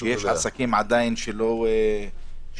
יש עסקים שעדיין לא נפתחו,